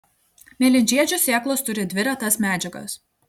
mėlynžiedžių sėklos turi dvi retas medžiagas